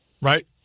Right